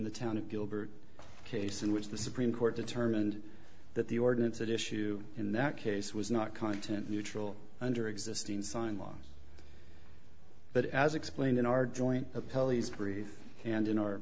the town of gilbert case in which the supreme court determined that the ordinance that issue in that case was not content neutral under existing signed law but as explained in our joint